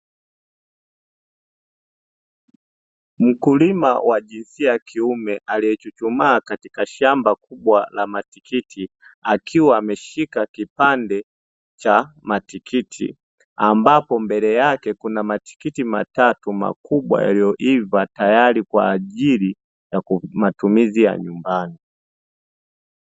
Mkulima wa jinsia ya kiume aliyechuchumaa katika shamba kubwa la matikiti akiwa ameshika kipande cha matikiti, ambapo mbele yake kuna matikiti matatu makubwa yaliyoiva tayari kwa ajili ya matumizi ya nyumbani.